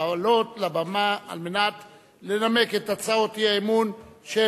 לעלות לבמה על מנת לנמק את הצעות האי-אמון של